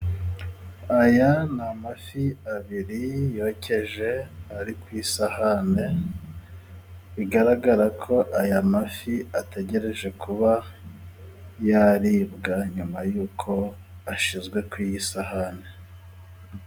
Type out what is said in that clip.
Aya ni amafi abiri yokeje ari ku isahane, bigaragara ko aya mafi ategereje kuba yaribwa nyuma y'uko ashyizwe kuri iyi sahani.